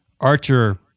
Archer